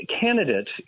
candidate